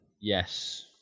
Yes